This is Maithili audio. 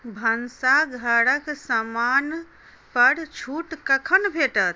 भनसाघरक सामानपर छूट कखन भेटत